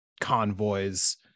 convoys